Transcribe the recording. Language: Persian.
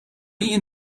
این